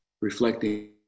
reflecting